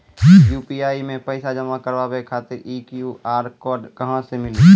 UPI मे पैसा जमा कारवावे खातिर ई क्यू.आर कोड कहां से मिली?